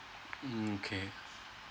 mm K